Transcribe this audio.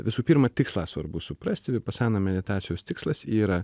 visų pirma tikslą svarbu suprasti vipasana meditacijos tikslas yra